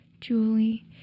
Julie